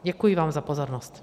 Děkuji vám za pozornost.